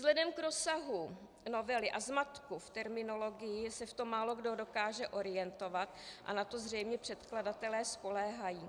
Vzhledem k rozsahu novely a zmatku v terminologii se v tom málokdo dokáže orientovat a na to zřejmě předkladatelé spoléhají.